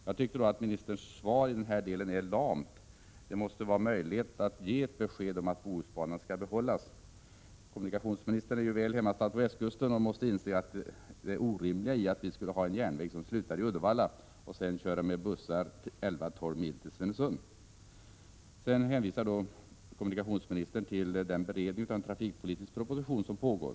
Jag tycker att ministerns svar i den här delen är lamt. Det måste vara möjligt att ge besked om att Bohusbanan skall behållas. Kommunikationsministern är ju väl hemmastadd på västkusten och måste inse det orimliga i att vi skulle ha en järnväg som slutar i Uddevalla och sedan köra med bussar 11-12 mil till Svinesund. Kommunikationsministern hänvisar till den beredning av en trafikpolitisk proposition som pågår.